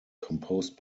composed